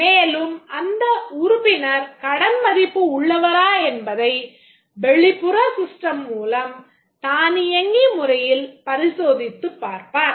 மேலும் அந்த உறுப்பினர் கடன் மதிப்பு உள்ளவரா என்பதை வெளிப்புற system மூலம் தானியங்கி முறையில் பரிசோதித்துப் பார்ப்பார்